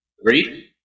Agreed